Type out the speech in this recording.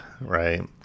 right